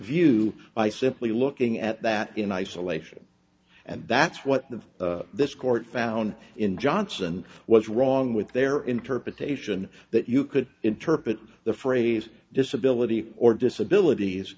view by simply looking at that in isolation and that's what the this court found in johnson was wrong with their interpretation that you could interpret the phrase disability or disabilit